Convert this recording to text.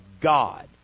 God